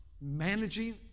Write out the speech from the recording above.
managing